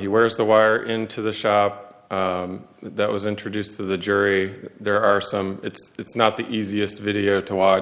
he wears the wire into the shop that was introduced to the jury there are some it's not the easiest video to watch